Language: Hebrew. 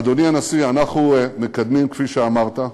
אדוני הנשיא, אנחנו מקדמים, כפי שאמרת,